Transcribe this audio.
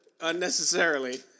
unnecessarily